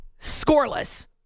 scoreless